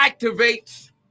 activates